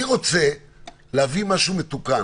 אני רוצה להביא משהו מתוקן.